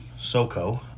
SoCo